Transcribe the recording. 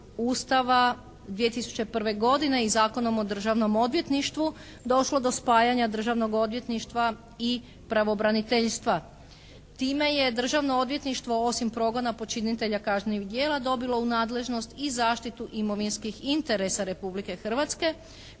Ustava 2001. godine i Zakonom o državnom odvjetništvu došlo do spajanja Državnog odvjetništva i Pravobraniteljstva. Time je Državno odvjetništvo osim progona počinitelja kažnjivih djela dobilo u nadležnost i zaštitu imovinskih interesa Republike Hrvatske.